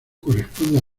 corresponde